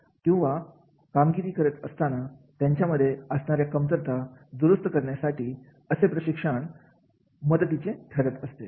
किंवा कामगिरी करत असताना त्यांच्यामध्ये असणाऱ्या कमतरता दुरुस्त करण्यासाठी असे प्रशिक्षण कार्यक्रम मदतीचे असतात